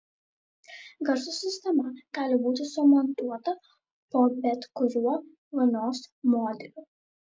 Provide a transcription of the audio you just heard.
garso sistema gali būti sumontuota po bet kuriuo vonios modeliu